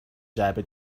جعبه